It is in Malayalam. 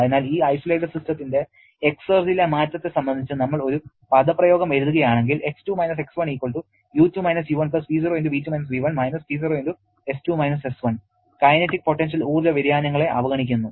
അതിനാൽ ഈ ഐസൊലേറ്റഡ് സിസ്റ്റത്തിന്റെ എക്സർജിയിലെ മാറ്റത്തെ സംബന്ധിച്ച് നമ്മൾ ഒരു പദപ്രയോഗം എഴുതുകയാണെങ്കിൽ X2 - X1 U2-U1 P0V2-V1 - T0S2-S1 kinetic potential ഊർജ്ജ വ്യതിയാനങ്ങളെ അവഗണിക്കുന്നു